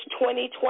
2020